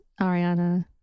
Ariana